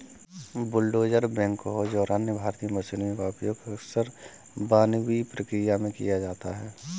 bulldozer backhoes और अन्य भारी मशीनों का उपयोग अक्सर वानिकी प्रक्रिया में किया जाता है